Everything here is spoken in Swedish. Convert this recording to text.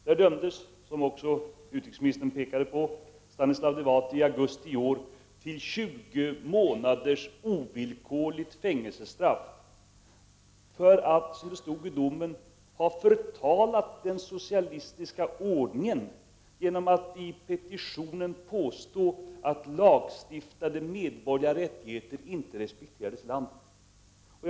Där dömdes, som också utrikesministern påpekade, Stanislav Devåt§ i augusti i år till 20 månaders ovillkorligt fängelsestraff för att, som det stod i domen, ha förtalat den socialistiska ordningen genom att i petitionen påstå att lagstadgade medborgarrättigheter inte respekterades i landet.